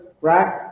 right